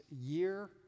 year